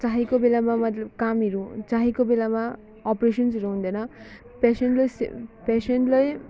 चाहेको बेलामा मतलब कामहरू चाहेको बेलामा अपरेसन्सहरू हुँदैन पेसेन्ट र सिफ्ट पेसेन्टलाई